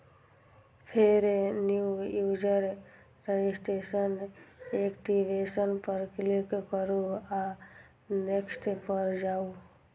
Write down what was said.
फेर new user registration, activation पर click करू आ नेक्स्ट पर जाउ